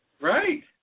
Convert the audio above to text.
right